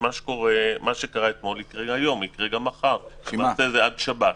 מה שקרה אתמול יקרה גם היום וגם מחר עד שבת.